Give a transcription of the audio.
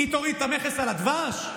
היא תוריד את המכס על הדבש?